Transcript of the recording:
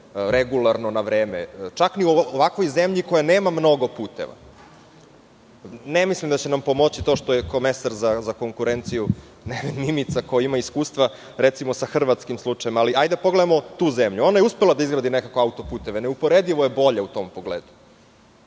regularno, na vreme, čak ni u ovakvoj zemlji koja nema mnogo puteva. Ne mislim da će nam pomoći to što je komesar za konkurenciju Mimica koja ima iskustva, recimo sa hrvatskim slučajem, ali hajde da pogledamo tu zemlju. Ona je uspela da izgradi nekoliko autoputeva. Neuporedivo je bolja u tom pogledu